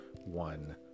one